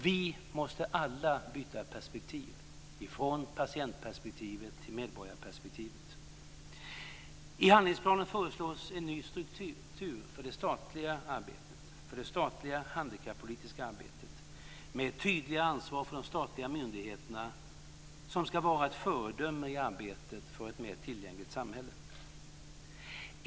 Vi måste alla byta perspektiv från patientperspektivet till medborgarperspektivet. I handlingsplanen föreslås en ny struktur för det statliga handikappolitiska arbetet med tydliga ansvar för de statliga myndigheterna, som ska vara föredömen i arbetet för ett mer tillgängligt samhälle.